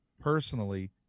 personally